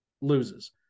loses